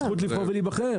הזכות לבחור ולהיבחר.